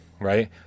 Right